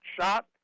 shot